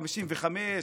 1955,